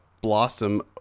Blossom